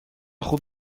خوب